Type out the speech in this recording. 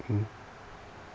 mm